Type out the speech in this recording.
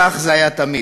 כך זה היה תמיד.